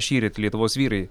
šįryt lietuvos vyrai